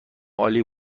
عالی